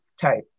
type